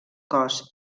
cos